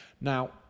Now